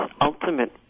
ultimate